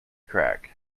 crack